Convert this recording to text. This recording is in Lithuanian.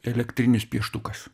elektrinis pieštukas